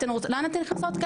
לאן אתן נכנסות?